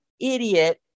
idiot